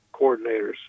coordinators